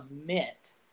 commit